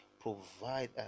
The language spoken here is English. provide